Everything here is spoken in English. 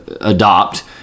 adopt